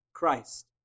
Christ